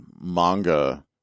manga